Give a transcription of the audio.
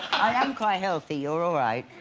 i am quite healthy you're alright